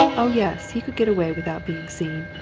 oh, yes! he could get away without being seen,